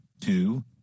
two